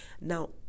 Now